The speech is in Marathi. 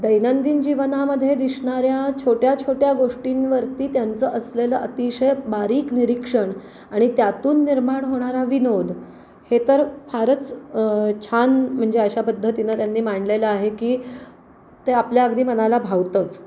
दैनंदिन जीवनामध्ये दिसणाऱ्या छोट्या छोट्या गोष्टींवरती त्यांचं असलेलं अतिशय बारीक निरीक्षण आणि त्यातून निर्माण होणारा विनोद हे तर फारच छान म्हणजे अशा पद्धतीनं त्यांनी मांडलेलं आहे की ते आपल्या अगदी मनाला भावतंच